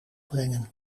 brengen